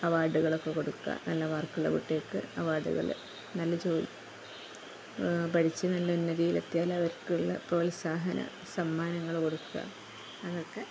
അവാർഡുകളൊക്കെ കൊടുക്കുക നല്ല വർക്കുള്ള കുട്ടിക്ക് അവാർഡുകള് നല്ല ജോലി പഠിച്ചു നല്ല ഉന്നതിയിലെത്തിയാല് അവർക്കുള്ള പ്രോത്സാഹന സമ്മാനങ്ങള് കൊടുക്കുക അതൊക്കെ